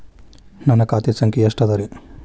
ನನ್ನ ಖಾತೆ ಸಂಖ್ಯೆ ಎಷ್ಟ ಅದರಿ?